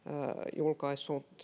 julkaissut